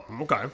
okay